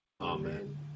Amen